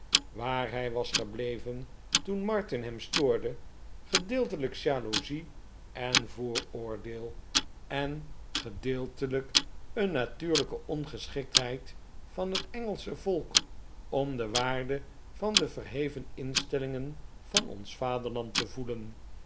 waar hij was gebleven tpen martin hem stoorde gedeelteiijk jaloezie en vooroordeel en gedeeltelijk een natuurlijke ongeschiktheid van het engelsche volk om de waarde van de verheven instellingen van ons vaderland te voelen